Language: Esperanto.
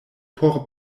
por